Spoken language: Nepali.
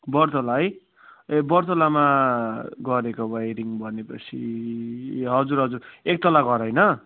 बरतला है ए बरतलामा गरेको वाइरिङ भनेपछि हजुर हजुर एक तला घर होइन